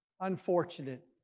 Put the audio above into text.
unfortunate